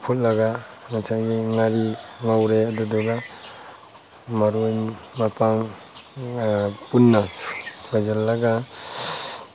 ꯐꯨꯠꯂꯒ ꯉꯁꯥꯏꯒꯤ ꯉꯥꯔꯤ ꯉꯧꯔꯦ ꯑꯗꯨꯗꯨꯒ ꯃꯔꯣꯏ ꯃꯄꯥꯡ ꯄꯨꯟꯅ ꯁꯣꯏꯖꯤꯟꯂꯒ